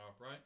right